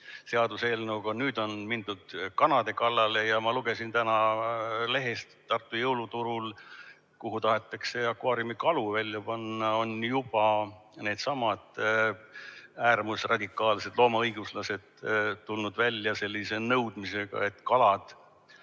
seaduseelnõuga hävitatud, on mindud kalade kallale. Ma lugesin täna lehest, et Tartu jõuluturul, kuhu tahetakse akvaariumikalu välja panna, on juba needsamad äärmusradikaalsed loomaõiguslased tulnud välja sellise nõudmisega, et kalade